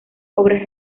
obras